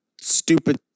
stupid